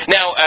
Now